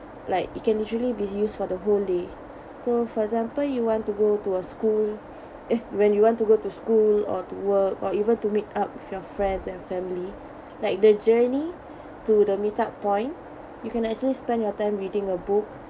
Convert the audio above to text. like you can actually be used for the whole day so for example you want to go to a school eh when you want to go to school or to work or even to meet up with your friends and family like the journey to the meet up point you can actually spend your time reading a book